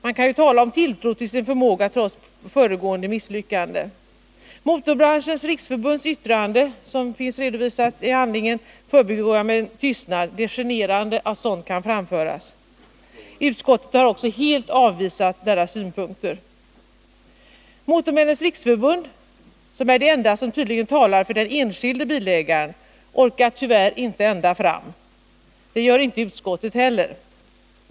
Man kan ju tala om tilltro till sin förmåga trots föregående misslyckande. Yttrandet från Motorbranschens riksförbund, som finns redovisat i handlingarna, förbigår jag med tystnad. Det är generande att sådana åsikter framförs. Utskottet har också helt avvisat förbundets synpunkter. Motormännens riksförbund, som är det enda som tydligen talar för den enskilde bilägaren, orkar tyvärr inte ända fram. Det gör inte utskottet heller.